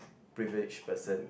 privileged person